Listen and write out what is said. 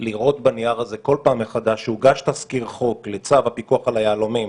לראות בנייר הזה כל פעם מחדש שהוגש תזכיר חוק לצו הפיקוח על היהלומים